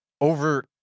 over